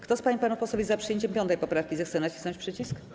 Kto z pań i panów posłów jest za przyjęciem 5. poprawki, zechce nacisnąć przycisk.